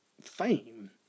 fame